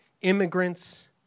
immigrants